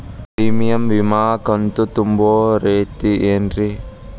Premium ವಿಮಾ ಕಂತು ತುಂಬೋ ರೇತಿ ಏನು?